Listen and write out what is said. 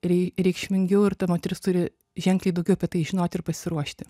rei reikšmingiau ir ta moteris turi ženkliai daugiau apie tai žinoti ir pasiruošti